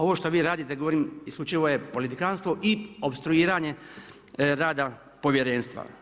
Ovo što vi radite govorim isključivo je politikantstvo i opstruiranje rada povjerenstva.